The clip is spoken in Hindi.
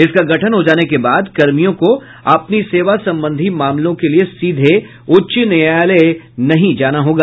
इसका गठन हो जाने के बाद कर्मियों को अपने सेवा संबंधी मामलों के लिये सीधे उच्च न्यायालय नहीं जाना होगा